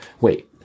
Wait